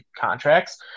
contracts